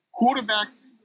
quarterbacks